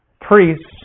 priests